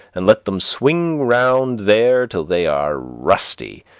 and let them swing round there till they are rusty,